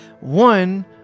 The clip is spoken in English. one